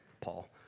Paul